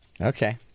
Okay